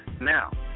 Now